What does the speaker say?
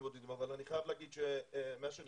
אהובתי, שרת